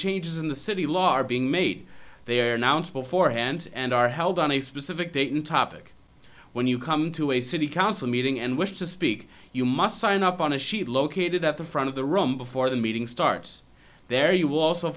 changes in the city law are being made they are announced beforehand and are held on a specific date and topic when you come to a city council meeting and wish to speak you must sign up on a sheet located at the front of the room before the meeting starts there you